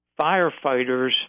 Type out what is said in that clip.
firefighters